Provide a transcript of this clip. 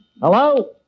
Hello